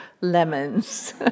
lemons